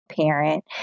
parent